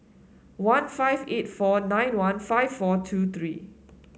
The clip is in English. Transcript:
one five eight four nine one five four two three